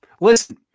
Listen